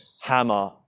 hammer